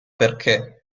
perché